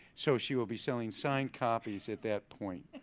so she will be selling signed copies at that point.